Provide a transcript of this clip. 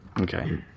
Okay